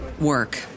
work